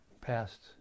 passed